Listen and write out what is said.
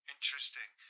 Interesting